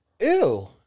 Ew